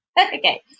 okay